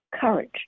courage